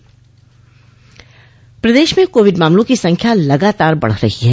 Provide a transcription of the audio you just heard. प्रदेश में कोविड मामलों की संख्या लगातार बढ़ रही है